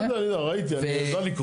אני יודע, ראיתי, אני יודע לקרוא.